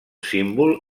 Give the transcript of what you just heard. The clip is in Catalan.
símbol